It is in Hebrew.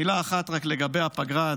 מילה אחת רק לגבי הפגרה,